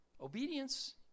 Obedience